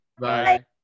Bye